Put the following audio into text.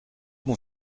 bon